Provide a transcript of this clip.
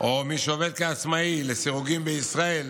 או מי שעובד כעצמאי לסירוגין בישראל